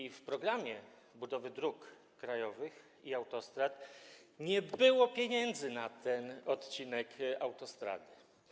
I w „Programie budowy dróg krajowych i autostrad” nie było pieniędzy na ten odcinek autostrady.